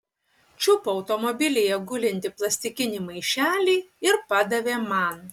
čiupo automobilyje gulintį plastikinį maišelį ir padavė man